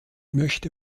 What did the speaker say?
möchte